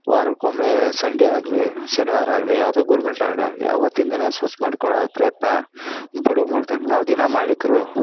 ವಾರಕ್ಕೊಮ್ಮೆ ಸಂಡೆ ಆಗಲಿ ಶನಿವಾರ ಆಗಲಿ ಯಾವುದೋ ಗೋರ್ಮೆಂಟ್ ಆಲಿಡೇ ಆಗಲಿ ಅವತ್ತಿನ ದಿನ ಸ್ವಚ್ಛ ಮಾಡ್ಕೊಳ್ಳೋ ಪ್ರಯತ್ನ ಬಡವ್ರು ಮಾಡ್ತಾರೆ ನಾವು ದಿನಾ ಮಾಡಿ ಇಕ್ಕರೂ